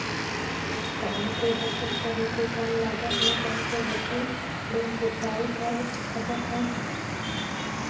पानी के बचत करेके कम लागत मे कौन विधि ले सिंचाई कर सकत हन?